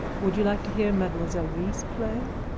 would you like to hear mademoiselle reisz play?